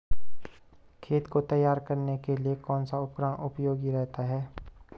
खेत को तैयार करने के लिए कौन सा उपकरण उपयोगी रहता है?